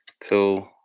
two